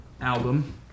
album